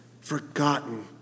forgotten